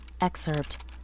Excerpt